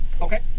Okay